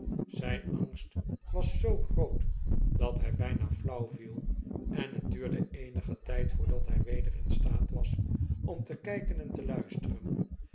zfln angst was zoo groot dat hy bpa flauw viel en het duurde eenigen tyd voordat hij weder in staat was om te kflken en te luisteren